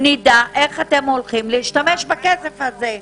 נדע איך אתם הולכים להשתמש בכסף הזה.